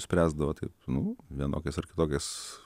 spręsdavo taip nu vienokiais ar kitokiais